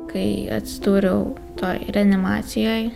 kai atsidūriau reanimacijoj